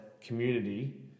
community